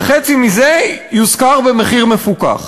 וחצי מזה יושכר במחיר מפוקח.